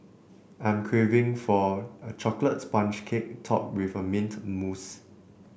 I am craving for a chocolate sponge cake topped with mint mousse